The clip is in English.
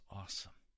awesome